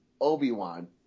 Obi-Wan